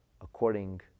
according